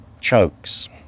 chokes